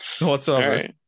Whatsoever